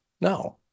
No